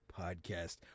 Podcast